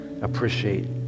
appreciate